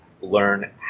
learn